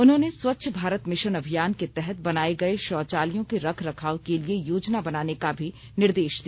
उन्होंने स्वच्छ भारत मिशन अभियान के तहत बनाये गये शौचालयों के रखरखाव के लिए योजना बनाने का भी निर्देश दिया